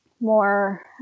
more